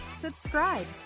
subscribe